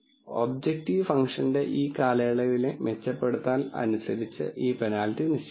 objective ഫംഗ്ഷന്റെ ഈ കാലയളവിലെ മെച്ചപ്പെടുത്തൽ അനുസരിച്ച് ഈ പെനാൽറ്റി നിശ്ചയിക്കണം